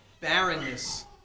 barrenness